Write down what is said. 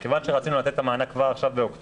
מכיוון שרצינו לתת את המענק כבר באוקטובר,